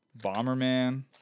Bomberman